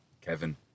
Kevin